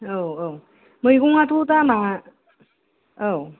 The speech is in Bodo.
औ औ मैगङाथ' दामा औ